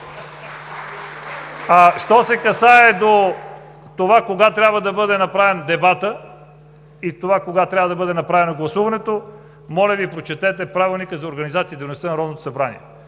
Що се касае до това кога трябва да бъде направен дебатът и това, кога трябва да бъде направено гласуването, моля Ви, прочетете Правилника за организацията